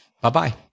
Bye-bye